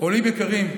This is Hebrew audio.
עולים יקרים,